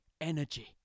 energy